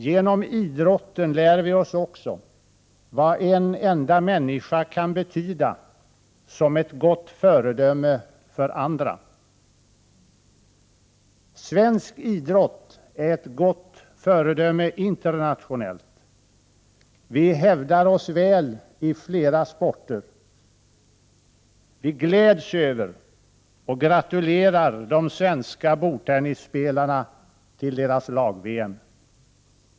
Genom idrotten lär vi oss också vad en enda människa kan betyda som ett gott föredöme för andra. Svensk idrott är ett gott föredöme internationellt. Vi hävdar oss väl i flera sporter. Vi gläds över och gratulerar de svenska bordtennisspelarna till deras guld i lag-VM.